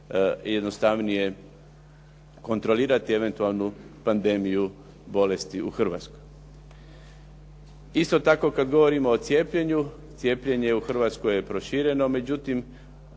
jednostavni je kontrolirati eventualnu pandemiju bolesti u Hrvatskoj. Isto tako kada govorimo o cijepljenju, cijepljenje u Hrvatskoj je prošireno. Međutim,